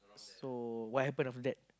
so what happened after that